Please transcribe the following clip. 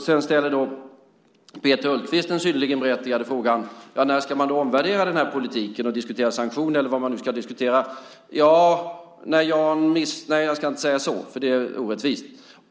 Peter Hultqvist ställer den synnerligen berättigade frågan om när man ska omvärdera den här politiken och diskutera sanktioner, eller vad man nu ska diskutera. När Jan miss. - nej, jag ska inte säga så, för det är orättvist.